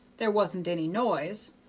there wasn't any noise,